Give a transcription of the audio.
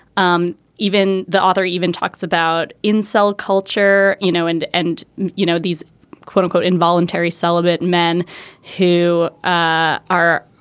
um even the author even talks about in cell culture. you know. and and you know these quote unquote involuntary celibate men who ah are